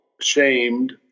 shamed